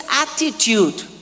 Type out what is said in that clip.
attitude